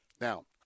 Now